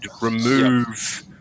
remove